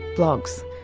blogs,